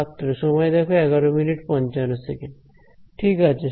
ছাত্র সময় দেখো 1155 ঠিক আছে